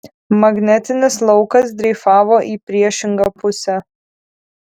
magnetinis laukas dreifavo į priešingą pusę